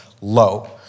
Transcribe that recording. low